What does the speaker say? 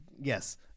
Yes